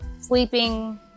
sleeping